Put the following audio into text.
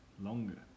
longer